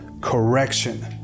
correction